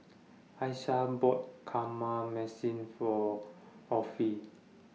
Aisha bought For